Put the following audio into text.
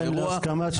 חברת הכנסת רייטן,